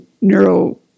neuro